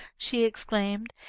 she exclaimed,